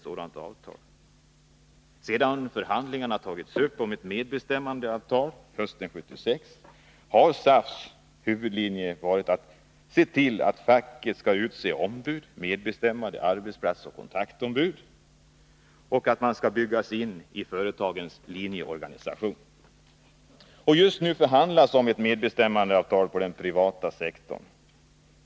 Sedan förhandlingarna tagits upp om ett medbestämmandeavtal hösten 1976 har SAF:s huvudlinje varit att se till att facket utser ombud: medbestämmande-, arbetsplatseller kontaktombud och att facket skall byggas in i företagens linjeorganisation. Just nu förhandlas om ett medbestämmandeavtal på den privata sektorn.